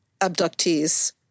abductees